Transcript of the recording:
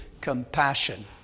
compassion